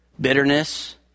Bitterness